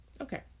Okay